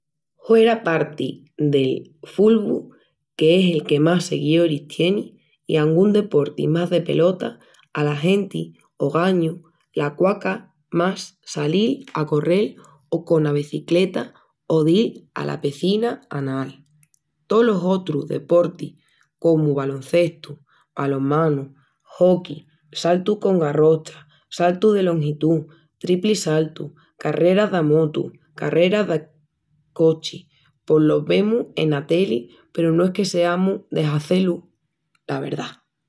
Hueraparti del fulbu qu'es el que más seguioris tieni, i angún deporti más de pelota, ala genti ogañu l'aquaca más salil a correl o cona becicleta o dil ala pecina a anal. Tolos otrus deportis comu baloncestu, balonmanu, hoqui saltu con garrocha, saltu de longitú, tripli saltu, carreras d'amotus, carreras de cochis pos los vemus ena teli peru no es que seamus de hazé-lus, la verdá.